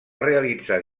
realitzar